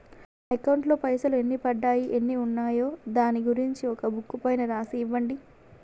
నా అకౌంట్ లో పైసలు ఎన్ని పడ్డాయి ఎన్ని ఉన్నాయో దాని గురించి ఒక బుక్కు పైన రాసి ఇవ్వండి?